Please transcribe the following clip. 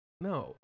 No